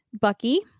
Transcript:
Bucky